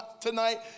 tonight